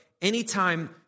anytime